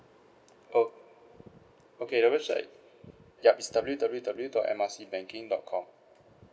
oh okay the website yup it's W W W dot M R C banking dot com